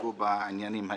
נהרגו בעניינים האלה.